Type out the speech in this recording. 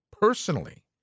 personally